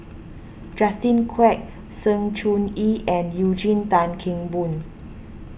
Justin Quek Sng Choon Yee and Eugene Tan Kheng Boon